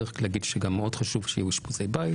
צריך להגיד שגם מאוד חשוב שיהיו אשפוזי בית